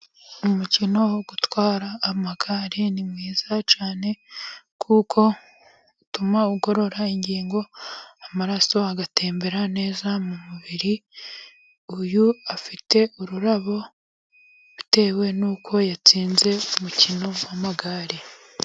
Umukino wo gutwara amagare ni mwiza cyane, kuko utuma ugorora ingingo, amaraso agatembera neza mu mubiri; uyu afite ururabo bitewe nuko yatsinze umukino w' amagare.